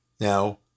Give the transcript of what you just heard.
Now